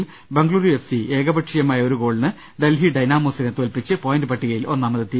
ത്തിൽ Bengaluru F C ഏകപക്ഷീയമായ ഒരു ഗോളിന് ഡൽഹി ഡൈനാമോ സിനെ തോല്പിച്ച് പോയിന്റ് പട്ടികയിൽ ഒന്നാമതെത്തി